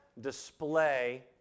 display